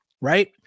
right